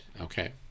Okay